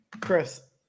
Chris